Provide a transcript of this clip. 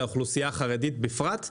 ולאוכלוסייה החרדית בפרט.